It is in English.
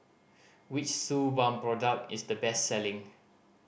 which Suu Balm product is the best selling